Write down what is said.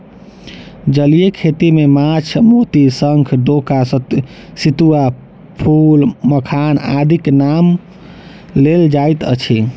जलीय खेती मे माछ, मोती, शंख, डोका, सितुआ, फूल, मखान आदिक नाम लेल जाइत छै